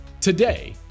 today